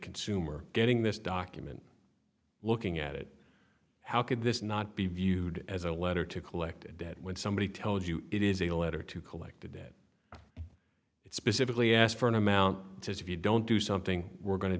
consumer getting this document looking at it how could this not be viewed as a letter to collect a debt when somebody tells you it is a letter to collect a debt it specifically asked for an amount to say if you don't do something we're going to